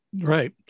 Right